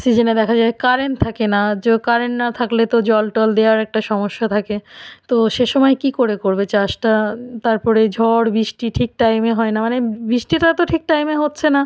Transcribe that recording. সিজেনে দেখা যায় কারেন্ট থাকে না যো কারেন্ট না থাকলে তো জল টল দেয়ার একটা সমস্যা থাকে তো সে সময় কী করে করবে চাষটা তারপরে ঝড় বৃষ্টি ঠিক টাইমে হয় না মানে বৃষ্টিটা তো ঠিক টাইমে হচ্ছে না